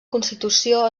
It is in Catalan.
constitució